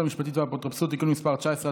המשפטית והאפוטרופסות (תיקון מס' 19),